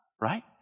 right